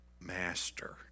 Master